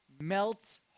melts